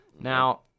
Now